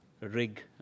rig